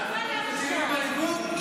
לא עושים טובה לאף אחד.